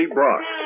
Brock